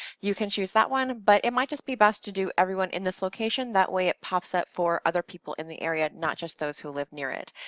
you can choose that one, but it might just be best to do everyone in this location, that way it pops up for other people in the area, not just those who live near it.